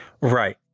Right